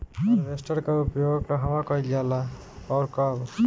Harvester का उपयोग कहवा कइल जाला और कब?